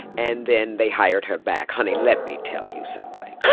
and then they hired her back. honey, let me tell you something.